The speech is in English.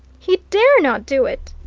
he dare not do it!